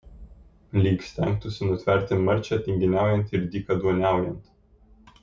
lyg stengtųsi nutverti marčią tinginiaujant ir dykaduoniaujant